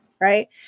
right